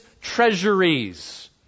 treasuries